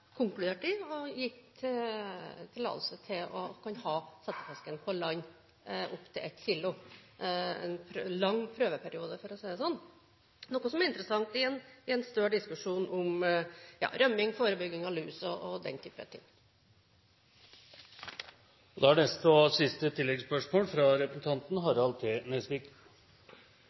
og gitt tillatelse til å kunne ha settefisk opp til 1 kg på land, i en lang prøveperiode – noe som er interessant i en større diskusjon om rømming, forebygging av lus og den type ting.